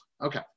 okay